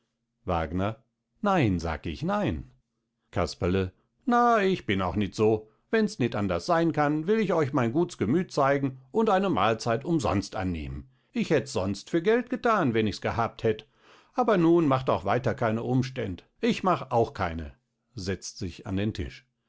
wagner nein sag ich nein casperle na ich bin auch nit so wenns nit anders sein kann will ich euch mein guts gemüth zeigen und eine malzeit umsonst annehmen ich hätts sonst für geld gethan wenn ichs gehabt hätt aber nun macht auch weiter keine umständ ich mach auch keine setzt sich an den tisch